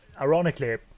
Ironically